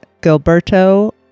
Gilberto